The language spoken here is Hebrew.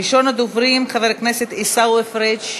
ראשון הדוברים, חבר הכנסת עיסאווי פריג'